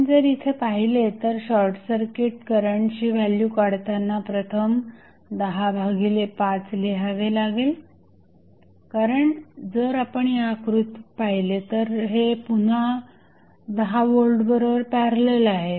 आपण जर इथे पाहिले तर शॉर्टसर्किट करंटची व्हॅल्यू काढताना प्रथम 10 भागिले 5 लिहावे लागेल कारण जर आपण या आकृतीत पाहिले तर हे पुन्हा 10 व्होल्ट बरोबर पॅरलल आहे